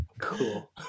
Cool